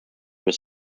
was